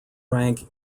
rank